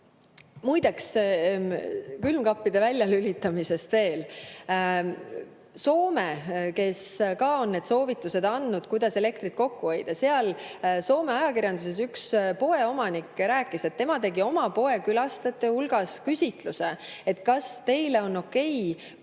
Muide, külmkappide väljalülitamisest veel. Soome on ka andnud soovitused, kuidas elektrit kokku hoida. Soome ajakirjanduses üks poeomanik rääkis, et tema tegi oma poe külastajate hulgas küsitluse: kas teile on okei,